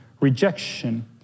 rejection